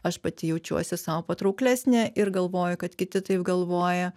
aš pati jaučiuosi sau patrauklesnė ir galvoju kad kiti taip galvoja